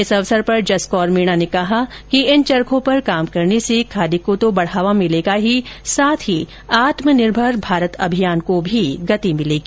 इस अवसर पर जसकौर मीणा ने कहा कि इन चरखों पर काम करने से खादी को तो बढ़ावा मिलेगा ही साथ ही आत्मनिर्भर भारत अभियान को भी गति मिलेगी